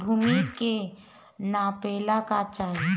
भूमि के नापेला का चाही?